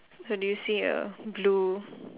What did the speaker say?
so do you see a blue